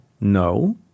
no